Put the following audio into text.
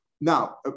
now